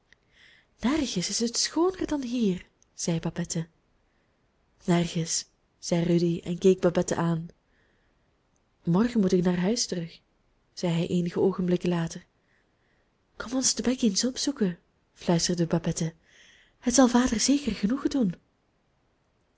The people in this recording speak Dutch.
nergens is het schooner dan hier zei babette nergens zei rudy en keek babette aan morgen moet ik naar huis terug zei hij eenige oogenblikken later kom ons te bex eens opzoeken fluisterde babette het zal vader zeker genoegen doen